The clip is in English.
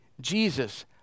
Jesus